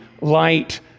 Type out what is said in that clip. light